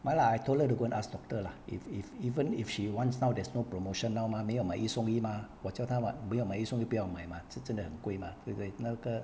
mine lah I told her to go and ask doctor lah if if even if she wants now there's no promotion now mah 没有买一送一吗我叫他 [what] 没有买一送一不要买吗这真的很贵吗对不对那个